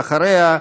ואחריה,